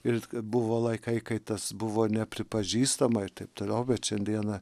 ir kad buvo laikai kai tas buvo nepripažįstama ir taip toliau bet šiandieną